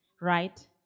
Right